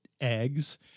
eggs